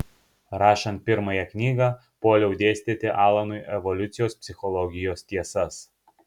rašant pirmąją knygą puoliau dėstyti alanui evoliucijos psichologijos tiesas